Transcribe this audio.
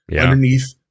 underneath